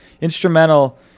instrumental